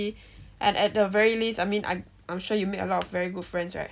and at the very least I mean I'm I'm sure you make a lot of very good friends right